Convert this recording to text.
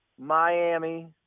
Miami